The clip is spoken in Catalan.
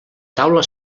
taula